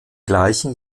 gleichen